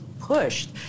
pushed